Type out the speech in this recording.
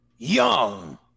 Young